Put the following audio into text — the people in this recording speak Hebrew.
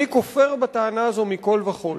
אני כופר בטענה הזאת מכול וכול.